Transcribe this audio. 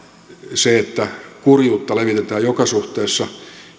se että kurjuutta levitetään joka suhteessa